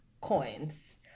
coins